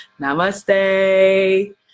Namaste